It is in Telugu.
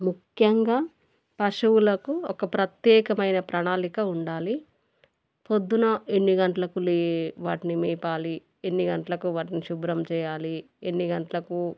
ముఖ్యంగా పశువులకు ఒక ప్రత్యేకమైన ప్రణాళిక ఉండాలి ప్రొద్దున ఎన్ని గంటలకు లే వాటిని మేపాలి ఎన్ని గంటలకు వాటిని శుభ్రం చెయ్యాలి ఎన్ని గంటలకు